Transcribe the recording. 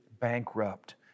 bankrupt